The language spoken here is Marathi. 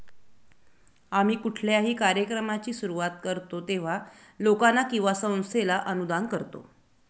आम्ही कुठल्याही कार्यक्रमाची सुरुवात करतो तेव्हा, लोकांना किंवा संस्थेला अनुदान करतो